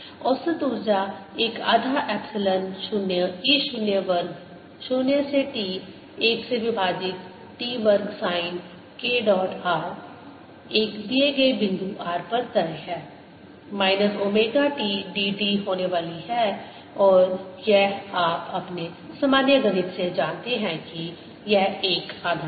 औसत ऊर्जा एक आधा एप्सिलॉन 0 E 0 वर्ग 0 से t 1 से विभाजित t वर्ग साइन k डॉट r एक दिए गए बिंदु r पर तय है minus omega t d t होने वाली है और यह आप अपने सामान्य गणित से जानते हैं कि यह एक आधा है